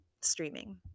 streaming